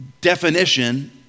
definition